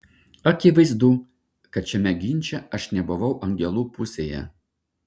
akivaizdu kad šiame ginče aš nebuvau angelų pusėje